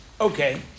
Okay